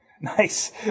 Nice